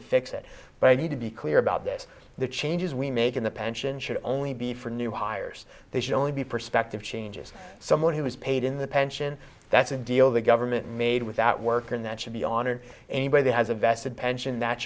to fix it but i need to be clear about this the changes we make in the pension should only be for new hires they should only be perspective changes someone who is paid in the pension that's a deal the government made without work and that should be honored anybody that has a vested pension that